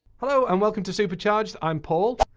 hello, and welcome to supercharged. i'm paul.